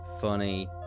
Funny